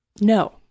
No